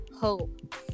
hope